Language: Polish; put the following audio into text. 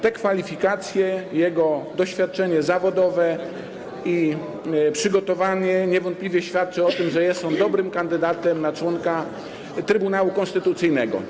Te kwalifikacje, jego doświadczenie zawodowe i przygotowanie niewątpliwie świadczą o tym, że jest on dobrym kandydatem na członka Trybunału Konstytucyjnego.